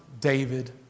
David